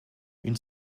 une